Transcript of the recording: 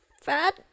fat